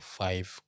five